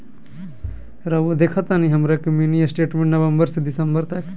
रहुआ देखतानी हमरा के मिनी स्टेटमेंट नवंबर से दिसंबर तक?